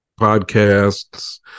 podcasts